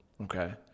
Okay